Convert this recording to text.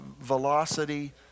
velocity